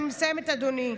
אני מסיימת, אדוני.